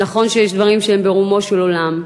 נכון שיש דברים שהם ברומו של עולם,